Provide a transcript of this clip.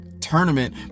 tournament